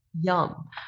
Yum